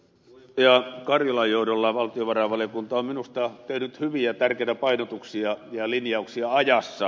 puheenjohtaja karjulan johdolla valtiovarainvaliokunta on minusta tehnyt hyviä tärkeitä painotuksia ja linjauksia ajassa